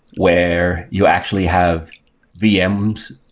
where you actually have vms,